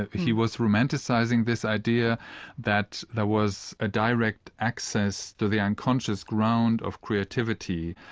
ah he was romanticising this idea that there was a direct access to the unconscious ground of creativity,